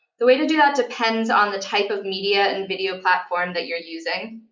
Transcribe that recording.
the way to do that depends on the type of media and video platform that you're using.